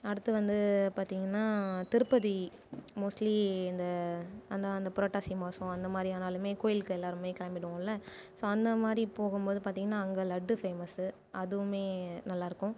அடுத்து வந்து பார்த்தீங்கன்னா திருப்பதி மோஸ்ட்லி இந்த அந்த அந்த புரட்டாசி மாசம் அந்த மாதிரி ஆனாலுமே கோவிலுக்கு எல்லோருமே கிளம்பிடுவோம்ல ஸோ அந்த மாதிரி போகும் போது பார்த்தீங்கன்னா அங்கே லட்டு ஃபேமஸ்ஸு அதுவுமே நல்லாயிருக்கும்